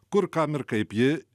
kur kam ir kaip ji